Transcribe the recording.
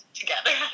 together